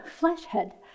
fleshhead